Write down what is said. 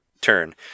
turn